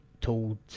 told